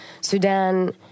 Sudan